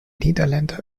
niederländer